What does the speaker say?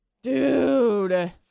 dude